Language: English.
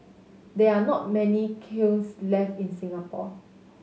there are not many kilns left in Singapore